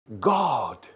God